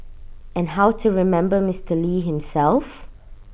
and how to remember Mister lee himself